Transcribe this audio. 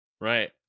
right